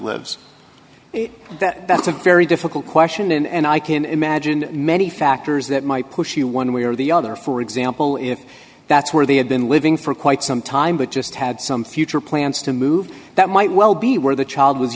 lives that that's a very difficult question and i can imagine many factors that might push you one way or the other for example if that's where they had been living for quite some time but just had some future plans to move that might well be where the child was